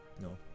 No